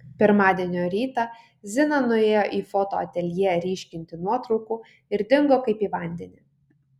pirmadienio rytą zina nuėjo į foto ateljė ryškinti nuotraukų ir dingo kaip į vandenį